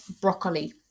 broccoli